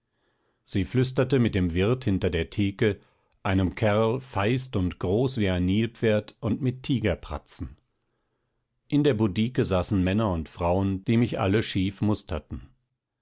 sie flüsterte mit dem wirt hinter der theke einem kerl feist und groß wie ein nilpferd und mit tigerpratzen in der budike saßen männer und frauen die mich alle schief musterten